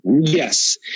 Yes